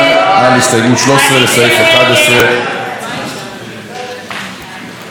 לסעיף 11. ההסתייגות של קבוצת סיעת מרצ לסעיף 11 לא נתקבלה.